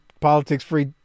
politics-free